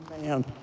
man